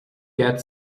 get